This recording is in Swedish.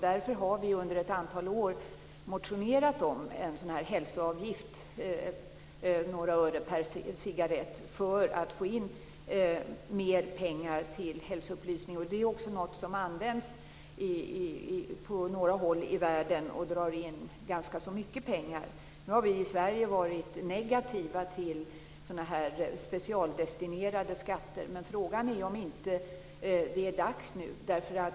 Därför har vi under ett antal år motionerat om en hälsoavgift på några öre per cigarett för att få in mer pengar till hälsoupplysning. Det är också något som används på några håll i världen och drar in ganska mycket pengar. Nu har vi i Sverige varit negativa till sådana här specialdestinerade skatter, men frågan är om det inte är dags nu.